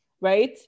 right